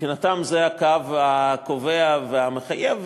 מבחינתם זה הקו הקובע והמחייב.